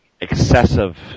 excessive